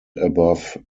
above